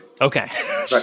Okay